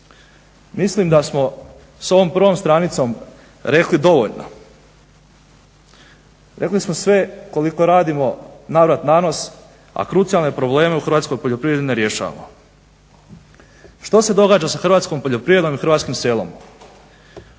Mislim da smo s ovom prvom stranicom rekli dovoljno. Rekli smo sve, koliko radimo navrat-nanos a krucijalne probleme u hrvatskoj poljoprivredi ne rješavamo. Što se događa sa hrvatskom poljoprivredom i hrvatskim selom?